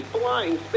flying